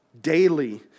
daily